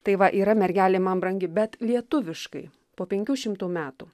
tai va yra mergelė man brangi bet lietuviškai po penkių šimtų metų